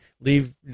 leave